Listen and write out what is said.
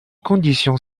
condition